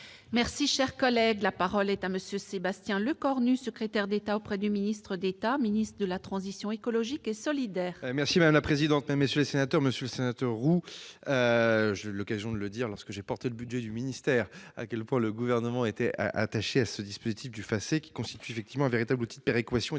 énergétique. La parole est à M. le secrétaire d'État auprès du ministre d'État, ministre de la transition écologique et solidaire. Madame la présidente, mesdames, messieurs les sénateurs, monsieur le sénateur Roux, j'ai eu l'occasion de dire, lorsque j'ai porté le budget du ministère, à quel point le Gouvernement était attaché à ce dispositif du FACÉ, qui constitue effectivement un véritable outil de péréquation